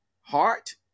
heart